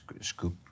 scoop